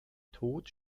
tod